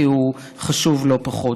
כי הוא חשוב לא פחות.